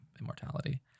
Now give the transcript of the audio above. immortality